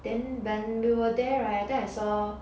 then when we were there [right] I think I saw